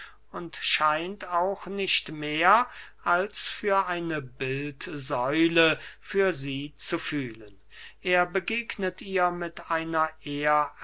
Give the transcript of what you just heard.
und scheint auch nicht mehr als für eine bildsäule für sie zu fühlen er begegnet ihr mit einer